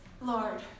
Lord